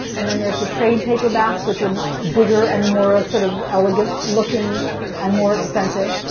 and then there's the trade paperbacks which are bigger and more ah sort of elegant-looking and more expensive,